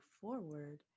forward